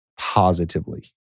positively